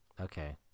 Okay